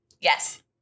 Yes